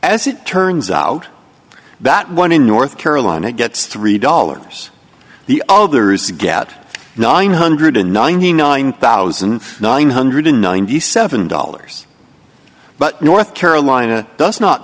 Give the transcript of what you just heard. as it turns out that one in north carolina gets three dollars the others get nine hundred ninety nine thousand nine hundred ninety seven dollars but north carolina does not